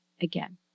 again